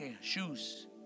shoes